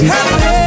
Happy